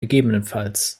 ggf